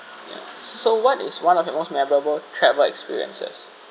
ya so what is one of your most memorable travel experiences